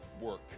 work